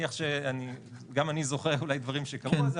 גם אני זוכר אולי דברים שקרו אז,